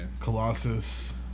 Colossus